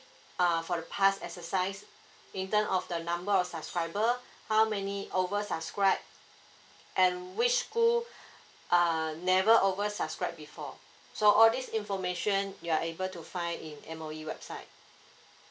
err for the past exercise in term of the number of subscriber how many over subscribe and which school err never over subscribe before so all these information you are able to find in M_O_E website